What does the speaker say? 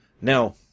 Now